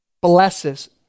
Blesses